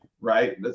Right